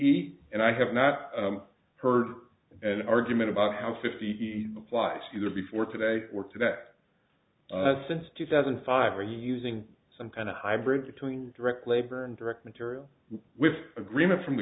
eat and i have not heard an argument about how fifty applies either before today or to that since two thousand and five when using some kind of hybrid between direct labor and direct material with agreement from the